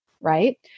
right